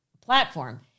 platform